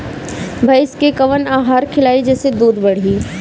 भइस के कवन आहार खिलाई जेसे दूध बढ़ी?